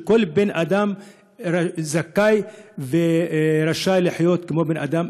כל בן אדם זכאי ורשאי לחיות כמו בן אדם,